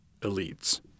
elites